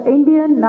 Indian